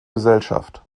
gesellschaft